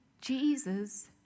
Jesus